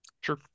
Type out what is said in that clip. Sure